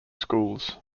schools